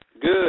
Good